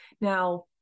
Now